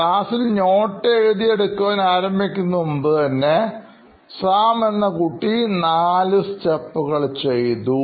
ക്ലാസിൽ നോട്ട് എഴുതി എടുക്കുവാൻ ആരംഭിക്കുന്നതിന് മുമ്പ് തന്നെ സാം എന്ന കുട്ടിനാല് സ്റ്റെപ്പുകൾ ചെയ്തു